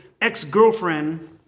ex-girlfriend